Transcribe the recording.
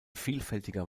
vielfältiger